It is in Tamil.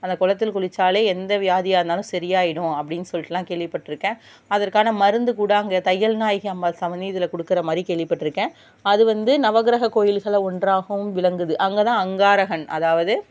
அந்த குளத்தில் குளிச்சாலே எந்தவியாதியாக இருந்தாலும் சரியாயிவிடும் அப்படின் சொல்லிட்டுலாம் கேள்விப்பட் இருக்கேன் அதற்கான மருந்துக்கூட அங்கே தையல்நாயகி அம்பாள் சன்னதியில கொடுக்கறமாரி கேள்விப்பட் இருக்கேன் அது வந்து நவக்கிரக கோயிகளில் ஒன்றாகவும் விளங்குது அங்கேதான் அங்காரகன் அதாவது